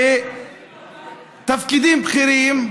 בתפקידים בכירים,